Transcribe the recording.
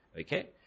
Okay